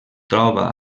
troba